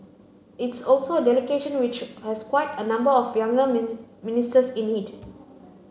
it's also a delegation which has quite a number of younger mini ministers in it